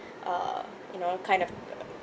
uh you know kind of uh